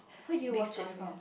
where did you watch it from